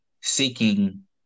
seeking